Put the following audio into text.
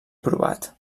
provat